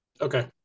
Okay